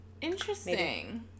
Interesting